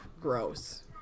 gross